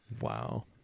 Wow